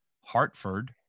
Hartford